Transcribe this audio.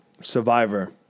Survivor